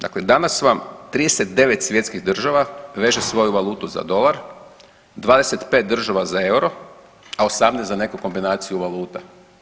Dakle danas vam 39 svjetskih država veže svoju valutu za dolar, 25 država za euro, a 18 za neku kombinaciju valuta.